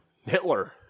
Hitler